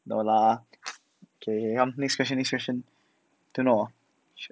no lah okay okay come next question next question turn off hor